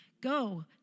go